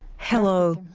hello.